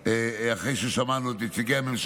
אחרי ששמענו את נציגי הממשלה,